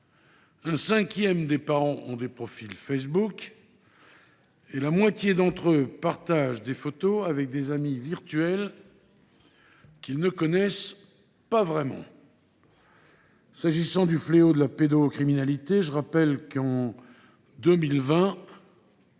Un cinquième des parents ont des profils Facebook et la moitié d’entre eux partagent des photos avec des amis virtuels, qu’ils ne connaissent pas vraiment. En ce qui concerne le fléau de la pédocriminalité, je rappelle que, en 2020,